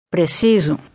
Preciso